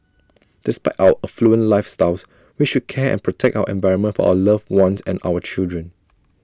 despite our affluent lifestyles we should care and protect our environment for our loved ones and our children